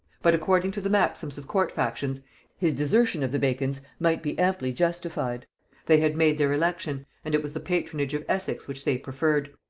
but according to the maxims of court-factions his desertion of the bacons might be amply justified they had made their election, and it was the patronage of essex which they preferred.